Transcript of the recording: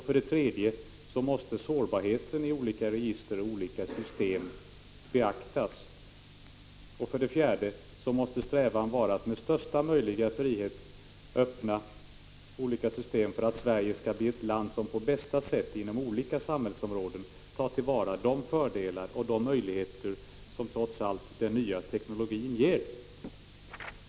För det tredje måste sårbarheten i olika register och olika system beaktas. För det fjärde måste strävan vara att med största möjliga frihet öppna för att Sverige skall bli ett land som på bästa sätt, inom olika samhällsområden, tar till vara de fördelar och möjligheter som den nya teknologin trots allt ger.